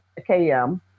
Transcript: KM